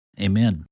Amen